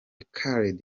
khaled